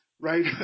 right